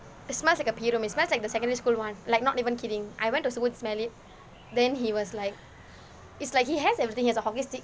it smells like a P_E room it smells like the secondary school [one] like not even kidding I went to smell it then he was like is like he has everything he has a hockey stick